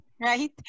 Right